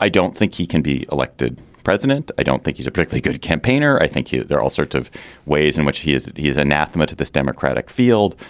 i don't think he can be elected president. i don't think he's a particularly good campaigner. i think there are all sorts of ways in which he is. he is anathema to this democratic field.